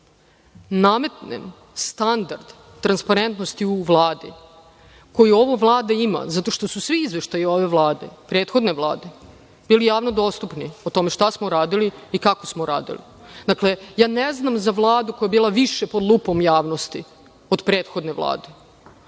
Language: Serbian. nametnem standard transparentnosti u Vladi, koju ova Vlada ima, zato što su svi izveštaji ove Vlade, prethodne Vlade, bili javno dostupni o tome šta smo uradili i kako smo uradili. Dakle, ja ne znam za Vladu koja je bila više pod lupom javnosti od prethodne vlade.